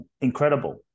incredible